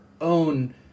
own